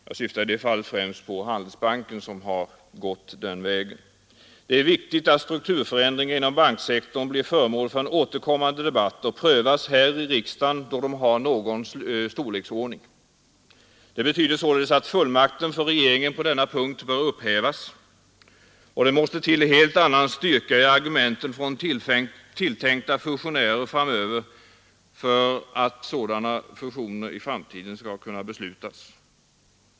Jag syftar då främst på Handelsbanken, som gått den vägen. Det är viktigt att strukturförändringar inom banksektorn blir föremål för en återkommande debatt och prövas här i riksdagen, då de är av någon storleksordning. Det betyder att fullmakten för regeringen på denna punkt bör upphävas. Och det måste till en helt annan styrka i argumenten från tilltänkta fusionärer framöver för att sådana i framtiden skall kunna beslutas.